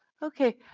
okay,